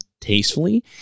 tastefully